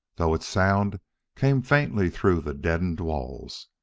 though its sound came faintly through the deadened walls,